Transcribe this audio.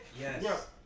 Yes